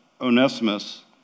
Onesimus